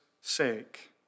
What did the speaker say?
sake